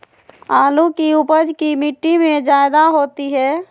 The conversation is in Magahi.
आलु की उपज की मिट्टी में जायदा होती है?